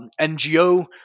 NGO